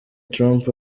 trump